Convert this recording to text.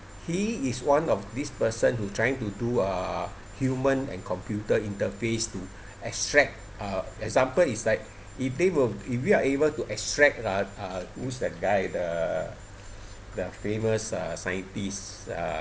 he is one of this person who's trying to do a human and computer interface to extract uh example is like if they were if you are able to extract uh uh who's that guy the the famous uh scientist uh